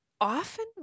Often